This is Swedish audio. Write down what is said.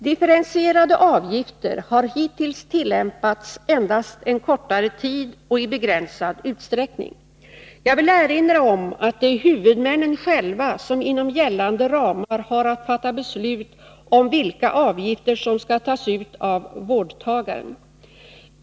Differentierade avgifter har hittills tillämpats endast en kortare tid och i begränsad utsträckning. Jag vill erinra om att det är huvudmännen själva som inom gällande ramar har att fatta beslut om vilka avgifter som skall tas ut av vårdtagaren.